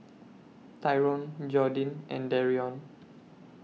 Tyron Jordin and Darrion